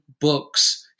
books